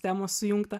temos sujungta